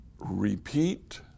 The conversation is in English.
repeat